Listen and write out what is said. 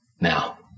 now